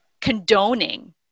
condoning